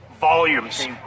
volumes